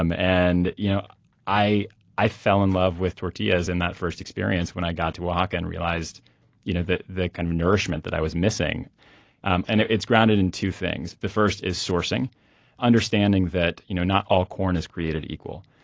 um and you know i i fell in love with tortillas in that first experience when i got to oaxaca and realized you know the capacity kind of nourishment that i was missing um and it's grounded in two things. the first is sourcing, and understanding that you know not all corn is created equal.